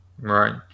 Right